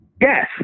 yes